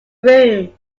room